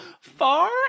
far